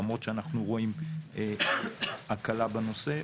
למרות שאנחנו רואים הקלה בנושא,